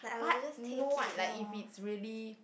but not what like if he really